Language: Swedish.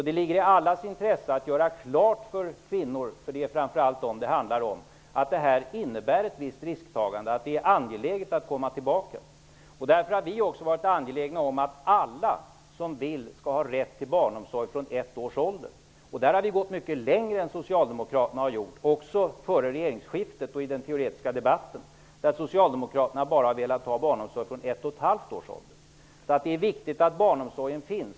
Det ligger alltså i allas intresse att göra klart för kvinnor -- för det handlar framför allt om dem -- att detta innebär ett visst risktagande. Det är angeläget att de kommer tillbaka till arbetsmarknaden. Därför har vi varit angelägna om att alla som vill skall ha rätt till barnomsorg från 1 års ålder. På den punkten har vi gått mycket längre än vad Socialdemokraterna har gjort, både före regeringsskiftet och i den teoretiska debatten. Socialdemokraterna har bara velat ha barnomsorg från 1,5 års ålder. Det är viktigt att barnomsorgen finns.